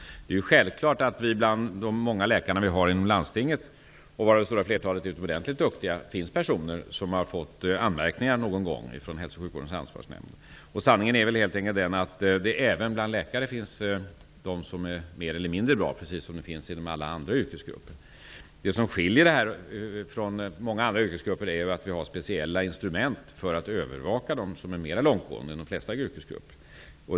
Det är självklart att det bland de många läkare vi har inom landstinget, varav det stora flertalet är utomordentligt duktiga, finns personer som har fått anmärkningar någon gång från Hälso och sjukvårdens ansvarsnämnd. Sanningen är väl den att det även bland läkare finns de som är mer eller mindre bra, precis som inom alla andra yrkesgrupper. Det som skiljer denna yrkesgrupp från många andra är att vi har speciella instrument för att övervaka, som är mer långtgående än för de flesta yrkesgrupper.